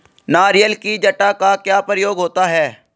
नारियल की जटा का क्या प्रयोग होता है?